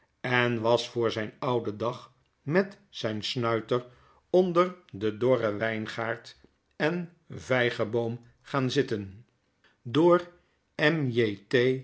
en was voor zyn ouden dag met zijn snuiter onder den dorren wpgaard en vygeboom gaan zitten door